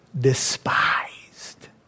Despised